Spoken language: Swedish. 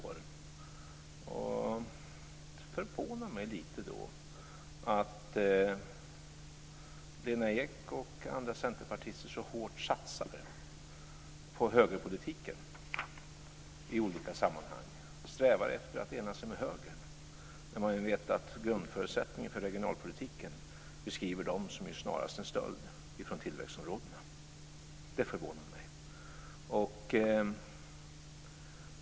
Därför förvånar det mig lite att Lena Ek och andra centerpartister så hårt satsar på högerpolitiken i olika sammanhang och strävar efter att ena sig med högern, när man vet att den beskriver grundförutsättningen för regionalpolitiken som snarast en stöld från tillväxtområdena. Det förvånar mig.